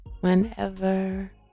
whenever